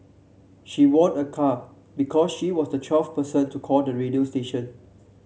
she won a car because she was the twelfth person to call the radio station